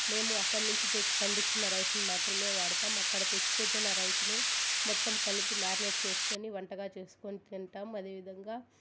మేము అక్కడి నుంచి తెచ్చి పండించిన రైసును మాత్రమే వాడుతాం అక్కడ తెచ్చి పెట్టిన రైస్నే మొత్తం కలిపి మ్యారినేట్ చేసుకుని వంటగా చేసుకుని తింటాం అదే విధంగా